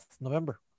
November